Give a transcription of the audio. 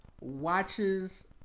watches